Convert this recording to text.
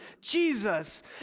Jesus